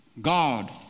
God